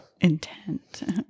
intent